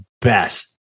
best